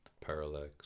parallax